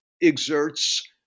exerts